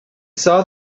saw